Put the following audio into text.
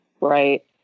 Right